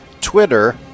Twitter